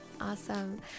awesome